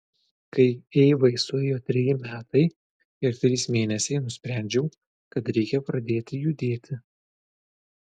kai eivai suėjo treji metai ir trys mėnesiai nusprendžiau kad reikia pradėti judėti